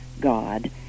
God